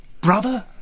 brother